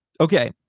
Okay